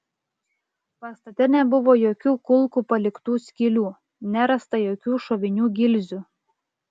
pastate nebuvo jokių kulkų paliktų skylių nerasta jokių šovinių gilzių